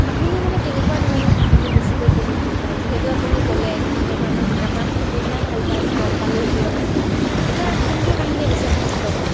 আপুনি মানে কেনেকুৱা ধৰণৰ কাহিনী বেছিকৈ পঢ়ি ভাল পায় যিহেতু আপুনি ক'লে বিভিন্ন ধৰণৰ কিতাপ ভালপাই আপুনি উপন্যাস ভালপাই গম পালোঁ সেইটো কথাৰ পৰা আপোনাক কোনবোৰ কাহিনীয়ে বেছি আকৃষ্ট কৰে